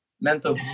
Mental